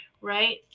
right